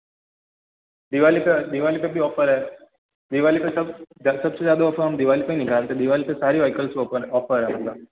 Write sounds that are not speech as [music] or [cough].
दिवाली पे दिवाली पे भी ऑफ़र है दिवाली पे सब जब सबसे ज़्यादा ऑफ़र हम दिवाली पे ही निकालते हैं दिवाली पे सारी वेहिकल्ज़ का ओपन ऑफ़र है [unintelligible]